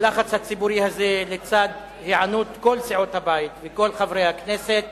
הלחץ הציבורי הזה לצד היענות כל סיעות הבית וכל חברי הכנסת